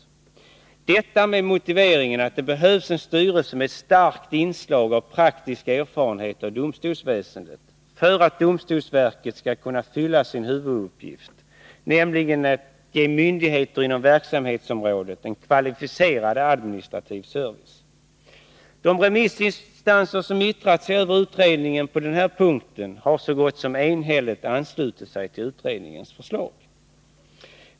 Som motivering har utredningen anfört att det behövs en styrelse med starkt inslag av praktisk erfarenhet av domstolsväsendet för att domstolsverket skall kunna fullgöra sin huvuduppgift, nämligen att ge myndigheter inom verksamhetsområdet en kvalificerad administrativ service. De remissinstanser som yttrat sig över utredningen på den här punkten har så gott som enhälligt anslutit sig till utredningens förslag.